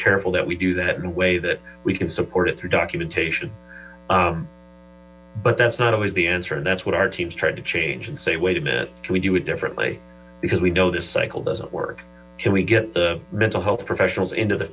careful that we do that in a way that we can support it through documentation but that's not always the answer and that's what our teams tried to change and say wait a minute can we do it differently because we know this cycle doesn't work can we get the mental health professionals into the